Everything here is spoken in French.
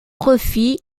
refit